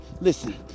Listen